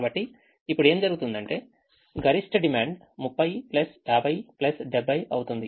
కాబట్టి ఇప్పుడు ఏమి జరుగుతుందంటే గరిష్ట డిమాండ్ 30 50 70 అవుతుంది